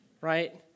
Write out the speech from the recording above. right